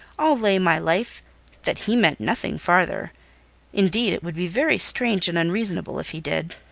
i'll lay my life that he meant nothing farther indeed, it would be very strange and unreasonable if he did.